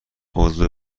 عضو